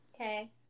Okay